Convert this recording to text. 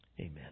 Amen